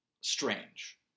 strange